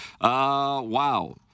Wow